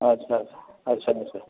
ଆଚ୍ଛା ଆଚ୍ଛା ଆଚ୍ଛା ଆଚ୍ଛା